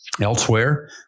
elsewhere